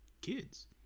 kids